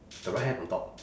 the right hand on top